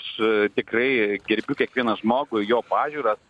aš tikrai gerbiu kiekvieną žmogų jo pažiūras